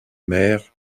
mer